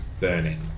burning